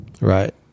Right